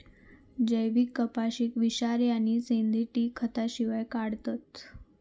जैविक कपाशीक विषारी आणि सिंथेटिक खतांशिवाय काढतत